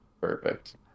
Perfect